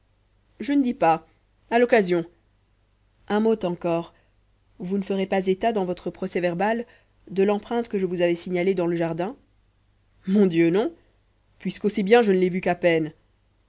je ne dis pas à l'occasion un mot encore vous ne ferez pas état dans votre procès-verbal de l'empreinte que je vous avais signalée dans le jardin mon dieu non puisqu'aussi bien je ne l'ai vue qu'à peine